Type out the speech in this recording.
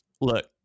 look